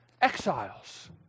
exiles